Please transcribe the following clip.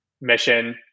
mission